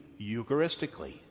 eucharistically